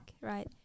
right